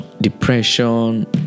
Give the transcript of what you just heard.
depression